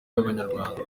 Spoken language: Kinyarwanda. y’abanyarwanda